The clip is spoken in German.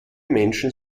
menschen